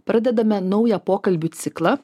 pradedame naują pokalbių ciklą